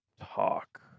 talk